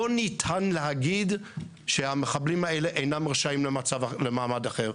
לא ניתן להגיד שהמחבלים האלה אינם רשאים למעמד אחר.